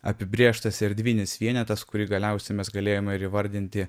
apibrėžtas erdvinis vienetas kurį galiausiai mes galėjome ir įvardinti